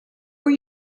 were